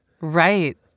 Right